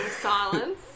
silence